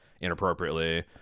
inappropriately